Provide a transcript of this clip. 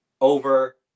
over